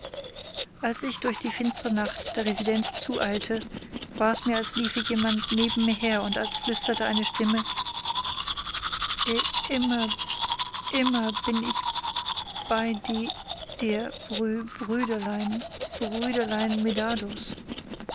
als ich durch die finstre nacht der residenz zueilte war es mir als liefe jemand neben mir her und als flüstere eine stimme i imm immer bin ich bei di dir brü